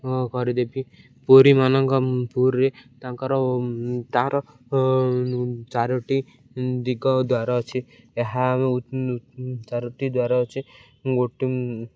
କରିଦେବି ପୁରୀମାନଙ୍କ ପୁରୀରେ ତାଙ୍କର ତାହାର ଚାରୋଟି ଦିଗ ଦ୍ଵାର ଅଛି ଏହା ଚାରୋଟି ଦ୍ଵାର ଅଛି ଗୋଟି